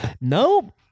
no